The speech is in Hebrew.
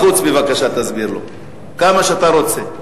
בחוץ בבקשה תסביר לו כמה שאתה רוצה.